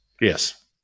Yes